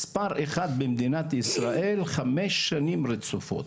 מספר אחת במדינת ישראל, חמש שנים רצופות,